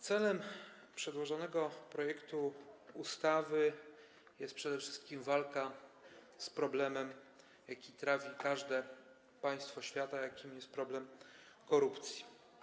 Celem przedłożonego projektu ustawy jest przede wszystkim walka z problemem trawiącym każde państwo świata, jakim jest problem korupcji.